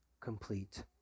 complete